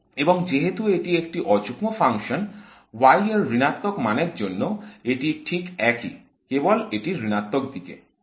এবং যেহেতু এটি একটি অযুগ্ম ফাংশন y এর ঋণাত্মক মানের জন্য এটি ঠিক একই কেবল এটি ঋণাত্মক দিকে